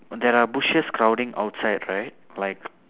there are bushes crowding outside right like